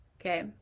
Okay